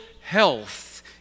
health